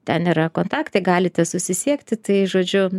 ten yra kontaktai galite susisiekti tai žodžiu